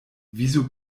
wieso